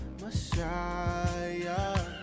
Messiah